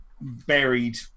buried